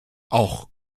auch